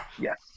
Yes